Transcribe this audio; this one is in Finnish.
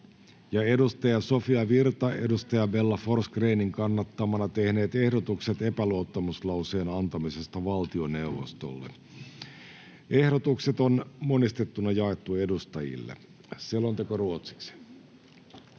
ja Sofia Virta Bella Forsgrénin kannattamana tehneet ehdotukset epäluottamuslauseen antamisesta valtioneuvostolle. Ehdotukset on monistettuna jaettu edustajille. (Pöytäkirjan